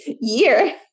year